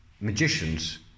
magicians